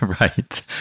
Right